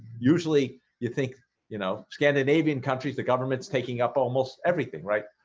usually you think you know scandinavian countries the government's taking up almost everything, right?